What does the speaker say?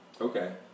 Okay